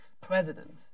president